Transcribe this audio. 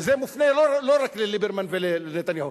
וזה מופנה לא רק לליברמן ולנתניהו,